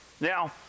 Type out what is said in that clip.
Now